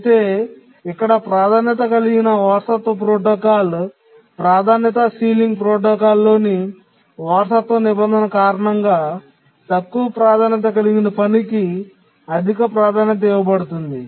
అయితే ఇక్కడ ప్రాధాన్యత కలిగిన వారసత్వ ప్రోటోకాల్ ప్రాధాన్యతా సీలింగ్ ప్రోటోకాల్లోని వారసత్వ నిబంధన కారణంగా తక్కువ ప్రాధాన్యత కలిగిన పనికి అధిక ప్రాధాన్యత ఇవ్వబడుతుంది